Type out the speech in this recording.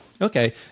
Okay